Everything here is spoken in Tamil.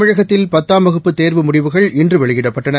தமிழகத்தில் பத்தாம் வகுப்பு தேர்வு முடிவுகள் இன்று வெளியிடப்பட்டன